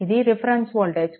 ఇది reference node